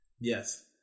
Yes